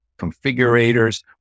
configurators